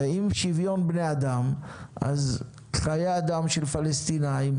אם שוויון בני-אדם אז חיי אדם של פלסטינים